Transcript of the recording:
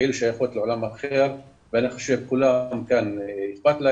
כאילו שייכות לעולם אחר ואני חושב שלכולם כאן אכפת,